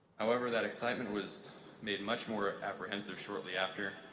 however, that excitement was made much more apprehensive shortly after,